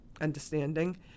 understanding